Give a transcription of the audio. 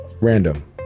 Random